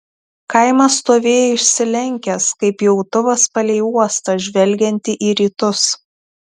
kaimas stovėjo išsilenkęs kaip pjautuvas palei uostą žvelgiantį į rytus